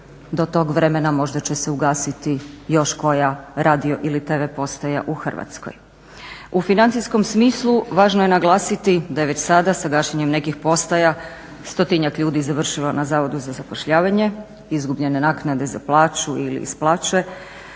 do tog vremena možda će se ugasiti još koja radio ili tv postaja u Hrvatskoj. U financijskom smislu važno je naglasiti sa gašenjem nekih postaja stotinjak ljudi završilo na zavodu za zapošljavanje, izgubljene naknade za plaću ili iz plaće